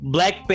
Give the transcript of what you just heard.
Black